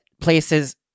places